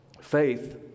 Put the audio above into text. faith